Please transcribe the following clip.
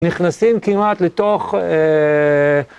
נכנסים כמעט לתוך...